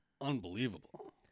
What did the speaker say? unbelievable